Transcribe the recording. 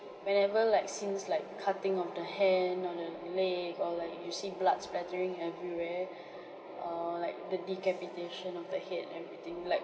whenever like scenes like cutting off the hand or the leg or like you see blood splattering everywhere err like the decapitation of the head and everything like